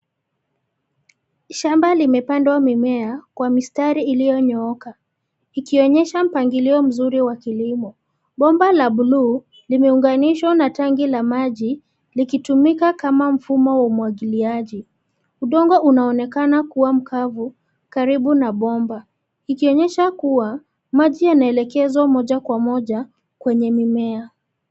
Shamba limepandwa mimea kwa mistari iliyonyooka ikonyesha mpangilio mzuri wa kilimo. Bomba la bluu limeunganishwa na tangi la maji likitumika kama mfumo wa umwagiliaji. Udongo unaonekana kua mkavu karibu na bomba ikonyesha kua maji yanaelekezwa kwa pamoja kwenye mimea.